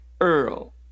Earl